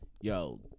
yo